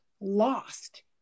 lost